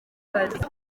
akazi